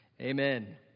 Amen